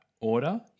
order